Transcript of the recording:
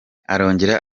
arongera